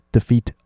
Defeat